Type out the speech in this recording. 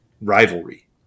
rivalry